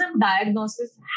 diagnosis